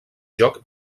joc